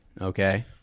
Okay